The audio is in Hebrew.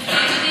שנפגעים מינית,